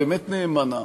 באמת נאמנה